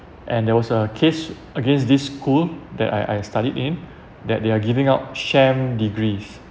and there was a case against this school that I I studied in that they are giving out sham degrees